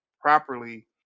properly